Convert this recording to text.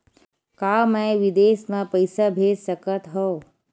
का मैं विदेश म पईसा भेज सकत हव?